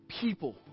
people